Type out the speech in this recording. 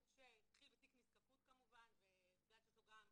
שהתחיל בתיק נזקקות כמובן ובגלל שיש לו גם,